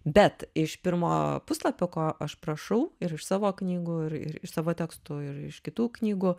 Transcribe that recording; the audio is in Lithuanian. bet iš pirmo puslapio ko aš prašau ir iš savo knygų ir ir iš savo tekstų ir iš kitų knygų